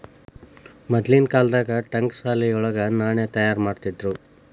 ಮದ್ಲಿನ್ ಕಾಲ್ದಾಗ ಠಂಕಶಾಲೆ ವಳಗ ನಾಣ್ಯ ತಯಾರಿಮಾಡ್ತಿದ್ರು